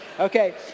Okay